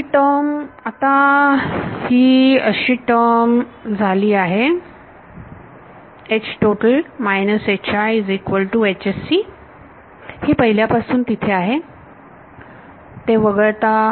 तर ही टर्म आता ही अशी टर्म झाली आहे ही पहिल्यापासून तिथे आहे ते वगळता